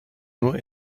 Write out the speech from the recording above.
nur